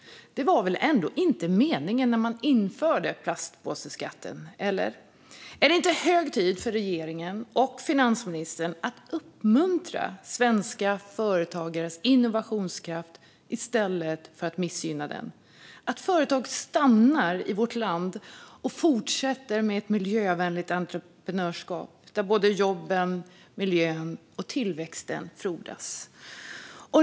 Det var väl ändå inte meningen när man införde plastpåseskatten? Eller? Är det inte hög tid för regeringen och finansministern att uppmuntra svenska företagares innovationskraft i stället för att missgynna den så att företag stannar i vårt land och fortsätter med miljövänligt entreprenörskap där både jobben, miljön och tillväxten frodas?